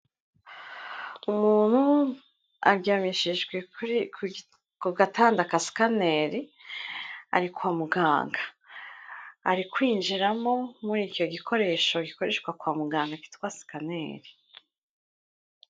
Umuntu aryamishijwe ku gatanda sner ari kwa muganga ari kwinjiramo muri icyo gikoresho gikoreshwa kwa muganga kitwa scanner.